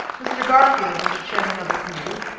mr. garfield was chairman of the committee,